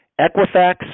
Equifax